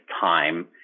time